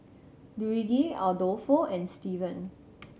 Luigi Adolfo and Steven